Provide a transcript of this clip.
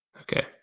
okay